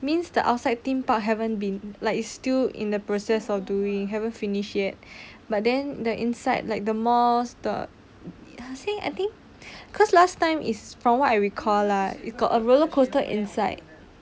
means the outside theme park haven't been like is still in the process of doing haven't finish yet but then the inside like the malls the saying I think cause last time is from what I recall lah you got a roller coaster inside